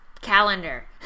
Calendar